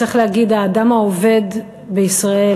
צריך להגיד: האדם העובד בישראל,